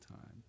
time